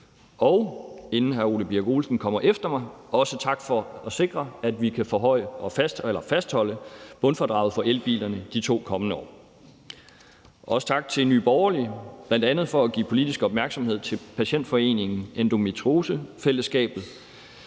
Og inden hr. Ole Birk Olesen kommer efter mig, vil jeg også sige tak for at sikre, at vi kan fastholde bundfradraget for elbilerne de to kommende år. Også tak til Nye Borgerlige, bl.a. for at give politisk opmærksomhed til patientforeningen Endometriose Fællesskabet,